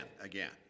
again